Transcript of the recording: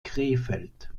krefeld